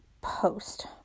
post